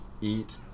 eat